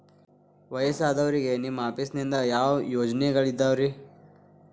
ವಯಸ್ಸಾದವರಿಗೆ ನಿಮ್ಮ ಆಫೇಸ್ ನಿಂದ ಯಾವ ಯೋಜನೆಗಳಿದಾವ್ರಿ?